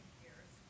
years